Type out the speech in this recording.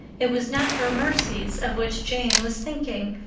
it was not her mercies of which jane was thinking.